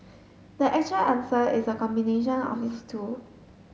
the actual answer is a combination of these two